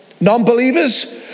Non-believers